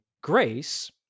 grace